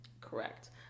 Correct